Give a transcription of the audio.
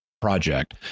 project